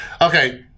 Okay